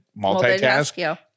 multitask